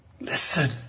Listen